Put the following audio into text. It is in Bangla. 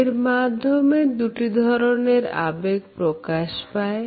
এর মাধ্যমে 2 টি ধরনের আবেগ প্রকাশ পায়